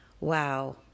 Wow